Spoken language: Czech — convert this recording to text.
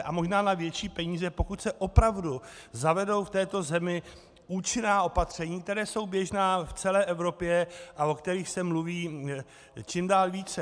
A možná na větší peníze, pokud se opravdu zavedou v této zemi účinná opatření, která jsou běžná v celé Evropě a o kterých se mluví čím dál více.